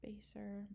spacer